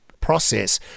process